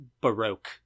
Baroque